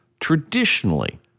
Traditionally